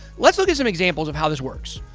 let's look at some examples of how this works.